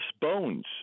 bones